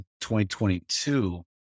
2022